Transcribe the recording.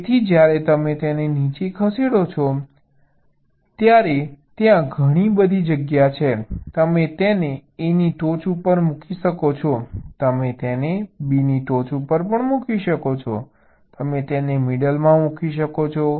તેથી જ્યારે તમે તેને નીચે ખસેડો છો ત્યાં ઘણી બધી જગ્યાઓ છે તમે તેને A ની ટોચ ઉપર મૂકી શકો છો તમે તેને B ની ટોચ ઉપર મૂકી શકો છો તમે તેને મિડલમાં મૂકી શકો છો